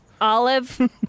Olive